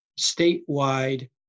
statewide